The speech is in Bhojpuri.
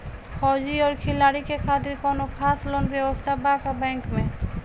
फौजी और खिलाड़ी के खातिर कौनो खास लोन व्यवस्था बा का बैंक में?